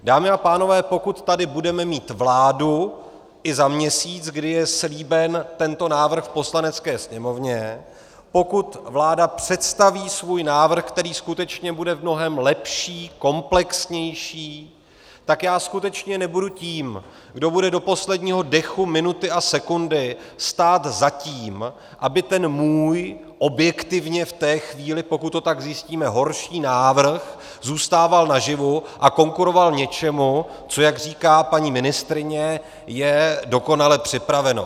Dámy a pánové, pokud tady budeme mít vládu i za měsíc, kdy je slíben tento návrh Poslanecké sněmovně, pokud vláda představí svůj návrh, který skutečně bude mnohem lepší, komplexnější, tak já skutečně nebudu tím, kdo bude do posledního dechu, minuty a sekundy stát za tím, aby ten můj, objektivně v té chvíli, pokud to tak zjistíme, horší návrh zůstával naživu a konkuroval něčemu, co je, jak říká paní ministryně, dokonale připraveno.